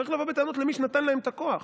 צריך לבוא בטענות למי שנתן להם את הכוח.